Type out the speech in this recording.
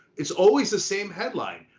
it's always the same headline.